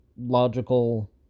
logical